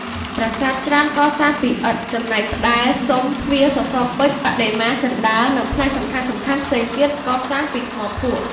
ប្រាសាទច្រើនកសាងពីឥដ្ឋ ចំណែកផ្តែរ ស៊ុមទ្វារ សសរពេជ្រ បដិមា ជណ្តើរ និង ផ្នែកសំខាន់ៗផ្សេងទៀតកសាងពីថ្មភក់។